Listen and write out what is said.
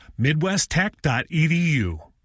MidwestTech.edu